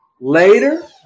later